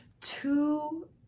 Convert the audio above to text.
two